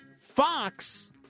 Fox